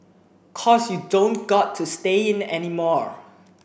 cause you don't got to stay in anymore